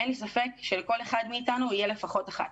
אין לי ספק שלכל אחד מאיתנו יהיה לפחות אחד.